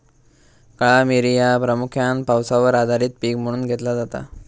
काळा मिरी ह्या प्रामुख्यान पावसावर आधारित पीक म्हणून घेतला जाता